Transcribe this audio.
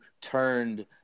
turned